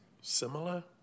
similar